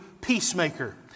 peacemaker